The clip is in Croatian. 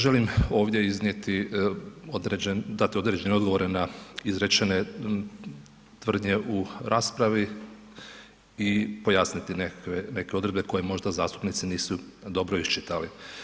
Želim ovdje dati određene odgovore na izrečene tvrdnje u raspravi i pojasniti neke odredbe koje možda zastupnici nisu dobro iščitali.